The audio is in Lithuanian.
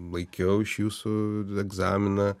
laikiau iš jūsų egzaminą